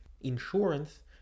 insurance